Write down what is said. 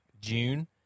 June